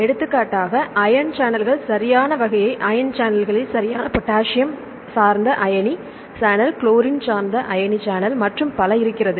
எடுத்துக்காட்டாக அயன் சேனல்கள் சரியான வகையான அயனி சேனல்கள் சரியான பொட்டாசியம் சார்ந்த அயனி மற்றும் பல இருக்கிறது